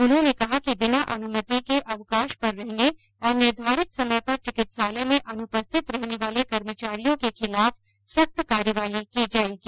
उन्होंने कहा कि बिना अनुमति के अवकाश पर रहने और निर्धारित समय पर चिकित्सालय में अनुपस्थित रहने वाले कर्मचारियों र्क खिलाफ सख्त कार्यवाही की जायेगी